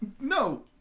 No